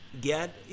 Get